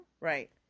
Right